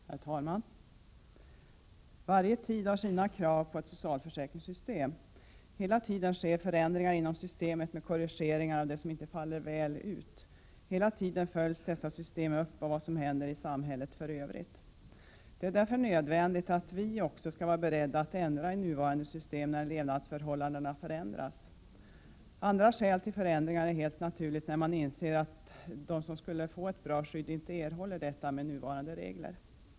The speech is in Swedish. Herr talman! Varje tid har sina krav på ett socialförsäkringssystem. Hela tiden sker förändringar inom systemet med korrigeringar av det som inte faller väl ut. Hela tiden följs detta system upp av vad som händer i samhället för övrigt. Det är därför nödvändigt att vi också skall vara beredda att ändra i nuvarande system när levnadsförhållanden förändras. Ett annat skäl till förändringar kan helt naturligt vara att man inser att de som skulle få ett bra skydd inte erhåller detta med nuvarande regler.